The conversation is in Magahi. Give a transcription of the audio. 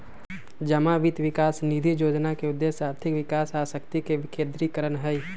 जमा वित्त विकास निधि जोजना के उद्देश्य आर्थिक विकास आ शक्ति के विकेंद्रीकरण हइ